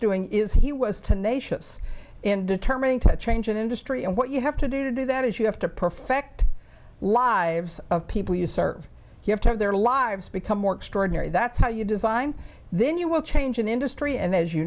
doing is he was tenacious in determining to change an industry and what you have to do to do that is you have to perfect lives of people you serve you have to have their lives become more extraordinary that's how you design then you will change an industry and as you